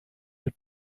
your